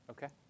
Okay